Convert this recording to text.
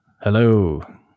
Hello